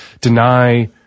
deny